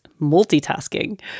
multitasking